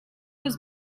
was